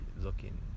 looking